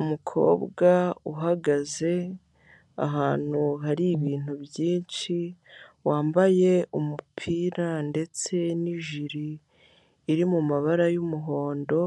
Umukobwa uhagaze ahantu hari ibintu byinshi wambaye umupira ndetse n'ijiri iri mumabara yumuhondo